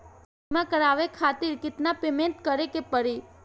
बीमा करावे खातिर केतना पेमेंट करे के पड़ी?